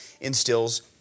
instills